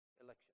election